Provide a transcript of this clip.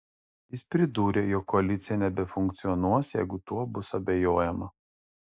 jis pridūrė jog koalicija nebefunkcionuos jeigu tuo bus abejojama